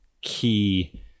key